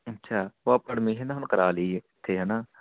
ਅੱਛਾ ਉਹ ਆਪਾਂ ਐਡਮੀਸ਼ਨ ਤਾਂ ਹੁਣ ਕਰਾ ਲਈ ਇੱਥੇ ਹੈ ਨਾ